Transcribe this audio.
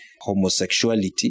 homosexuality